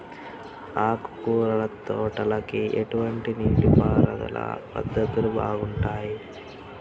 ఆకుకూరల తోటలకి ఎటువంటి నీటిపారుదల పద్ధతులు బాగుంటాయ్?